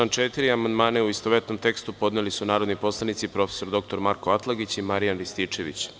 Na član 4. amandmane u istovetnom tekstu podneli su narodni poslanici prof. dr Marko Atlagić i Marijan Rističević.